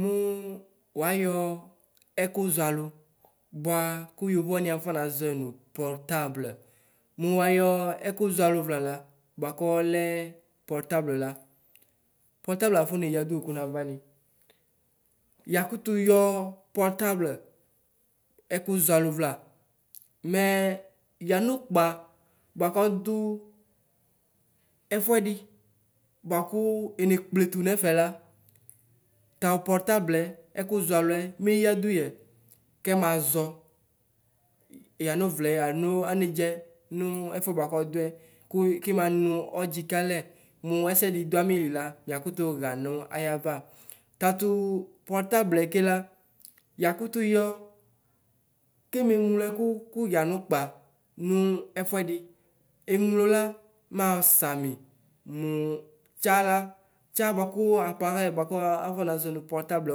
Mʋ wayɔ ɛkʋzɔ alo bʋakʋ yovɔ wanɩ afɔ nʋzɔɛ no pɔrtabl mʋ wayɔ ɛkɔ zɔ alʋ vlɩ bʋakʋ ɔlɛ pɔrtabll la pɔrtabl afɔ neya dɩwʋ kʋma namɩ yakʋtʋ yɔ pɔrtabl skwɔ alʋ vɩa mɛ yamɩ vɩapa bʋkɔkɛ zdʋ vodɛ vakrɔ emɛklɛtɔ wɔfɔ la tayɩ pɔrtabl yɑ skwɔ gpalwya smɛgadɔ yɔ kɛməzɔ amɩ vɩa aba anɛzɛ mɔ skwɔ bvakrɔ adʋɛ kʋmɩ nvsdzɩ kɛalɛ nʋ ɛsɛdɩ dʋ amʋlɩ la mʋkwʋ tʋ kʋmʋ ayavɩ taɩtʋ pɔrtabl kɛ la yakʋtʋ yɔ kɛmɛ glɔ ɛkɔ kɛ yamʋ vkpa mɔ zvodʋ mɔ ɛnlɔ la mɔssamɩ mɔ tsa la tsa bvakrɔ aparʋyi bvakrɔ afs nazɔ mɔ pɔrtabl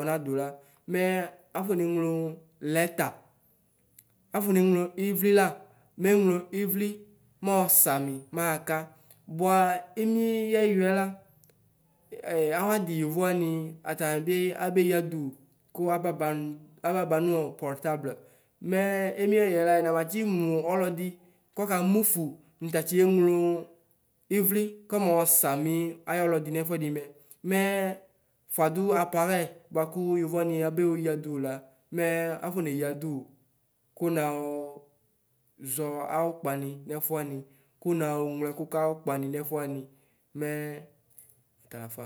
wnadɔ lɔmɛ afb nglɔ lɛta sgʋlɔ dɔw wvɩ la mglɔ wvɩ mɔssamɩ makakɔ bva ɛmɩɛ ɛgvɩɛ la chɛstɩatɩɔ ɔwɔ ɛkɔ yɔfɔ wanɩ atabɔ abɛsya dʋɔn kɔ ababa abasanu pɔrtabll mɛ ɛmɩɛ ayeyɩɛ la ɛna matɛr nʋ sbdɩ bɔkɔ nʋ vfvb bkezlɔ ɩvlɩ kɛsms samʋ aybda nsvvɛdɛ mɛ fʋadʋ apʋrɛsɩ bvakrɔ yorɔ wanɩ ɛbɛ oyabɔ wvɩ la mɛ afmɛyadʋ wɔ kɛɔ nzs aʋrɔ kpɛɩnɩ nɛfɔ wanɩ kɛɔ nawɔfɔskɔ kɛmɔkɛpa nʋ nrɛfɔ wanɩ mɛ tala fa.